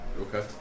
Okay